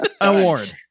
award